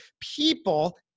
people